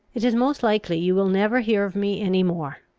it is most likely you will never hear of me any more.